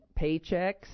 paychecks